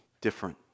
different